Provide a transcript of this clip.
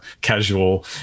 casual